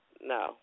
No